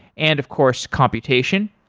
and of course, computation.